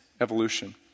evolution